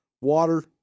water